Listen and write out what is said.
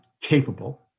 capable